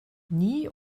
nie